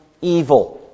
evil